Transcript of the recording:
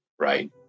right